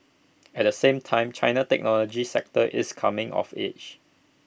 at the same time China's technology sector is coming of age